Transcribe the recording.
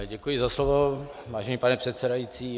Děkuji za slovo, vážený pane předsedající.